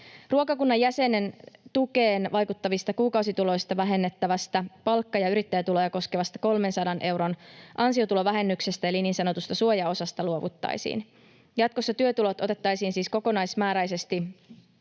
Ruokakunnan jäsenen tukeen vaikuttavista kuukausituloista vähennettävästä, palkka- ja yrittäjätuloja koskevasta 300 euron ansiotulovähennyksestä eli niin sanotusta suojaosasta luovuttaisiin. Jatkossa työtulot otettaisiin siis kokonaismääräisesti